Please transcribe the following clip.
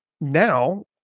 Now